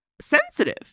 sensitive